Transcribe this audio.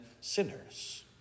sinners